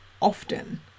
often